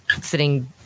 sitting